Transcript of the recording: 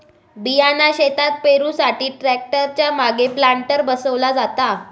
बियाणा शेतात पेरुसाठी ट्रॅक्टर च्या मागे प्लांटर बसवला जाता